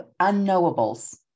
unknowables